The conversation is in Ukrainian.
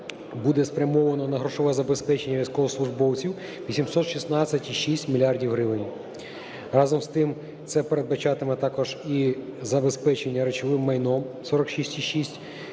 буде спрямовано на грошове забезпечення військовослужбовців 816,6 мільярда гривень. Разом з тим, це передбачатиме також і забезпечення речовим майном 46,6,